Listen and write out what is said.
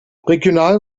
regional